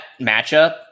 matchup